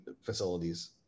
facilities